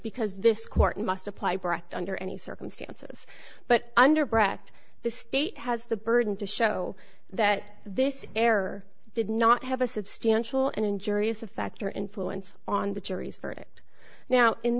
because this court must apply brecht under any circumstances but under brecht the state has the burden to show that this error did not have a substantial and injurious effect or influence on the jury's verdict now in